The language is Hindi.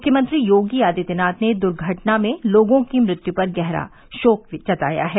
मुख्यमंत्री योगी आदित्यनाथ ने दर्घटना में लोगों की मृत्यू पर गहरा शोक जताया है